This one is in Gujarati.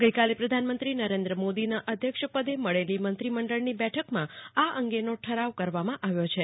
આજે પ્રધાનમંત્રી નરેન્દ્ર મોદીના અધ્યક્ષપદે મળેલી મંત્રીમંડળની બેઠકમાં આ અંગેનો ઠરાવ કરવામાં આવ્યો છે